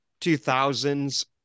2000s